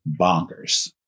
bonkers